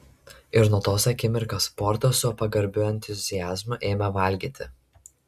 ir nuo tos akimirkos portas su pagarbiu entuziazmu ėmė valgyti